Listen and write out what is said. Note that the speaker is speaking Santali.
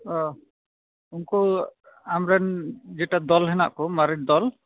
ᱩᱱᱠᱩ ᱟᱢ ᱨᱮᱱ ᱡᱮᱴᱟ ᱫᱚᱞ ᱦᱮᱱᱟᱜ ᱠᱚ ᱢᱟᱨᱮ ᱫᱚᱞ